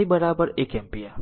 i એક ampere